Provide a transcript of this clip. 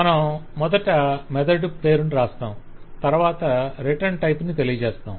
మనం మొదట మెథడ్ పేరును వ్రాస్తాము తరవాత రిటర్న్ టైప్ ని తెలియజేస్తాము